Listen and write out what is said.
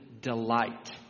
delight